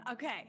Okay